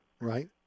Right